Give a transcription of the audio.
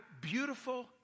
beautiful